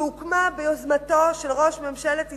שהוקמה ביוזמתו של ראש ממשלת ישראל,